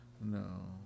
no